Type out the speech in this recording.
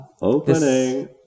Opening